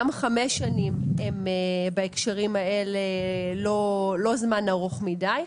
גם חמש שנים הם בהקשרים האלה לא זמן ארוך מידי,